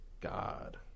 God